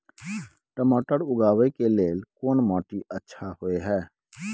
टमाटर उगाबै के लेल कोन माटी अच्छा होय है?